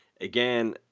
Again